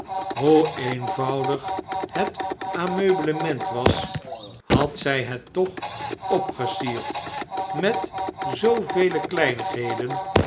hoe eenvoudig het ameublement was had zjj hettoch opgesierd met zoovele kleinigheden